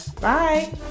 bye